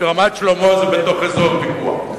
ברמת-שלמה, רמת-שלמה זה בתוך אזור ויכוח.